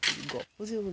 ଗପୁଛି